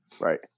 Right